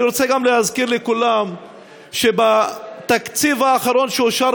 אני רוצה גם להזכיר לכולם שבתקציב האחרון שאושר